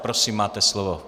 Prosím, máte slovo.